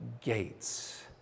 gates